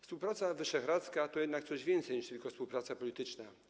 Współpraca wyszehradzka to jednak coś więcej niż tylko współpraca polityczna.